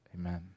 amen